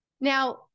Now